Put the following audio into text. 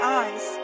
eyes